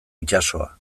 itsasoa